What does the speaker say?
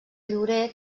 llorer